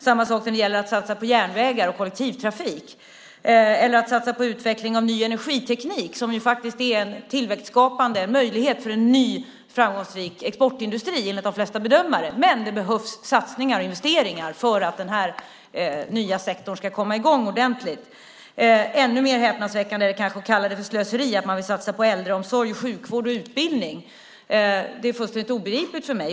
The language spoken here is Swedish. Samma sak när det gäller att satsa på järnvägar och kollektivtrafik eller att satsa på utveckling av ny energiteknik, som faktiskt är en tillväxtskapande möjlighet för en ny framgångsrik exportindustri, enligt de flesta bedömare. Men det behövs investeringar för att den här nya sektorn ska komma i gång ordentligt. Ännu mer häpnadsväckande är det kanske att kalla det för slöseri att man vill satsa på äldreomsorg, sjukvård och utbildning. Det är fullständigt obegripligt för mig.